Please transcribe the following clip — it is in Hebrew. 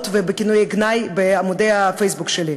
ובכינויי גנאי בעמודי הפייסבוק שלי.